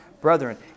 Brethren